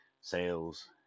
sales